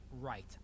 right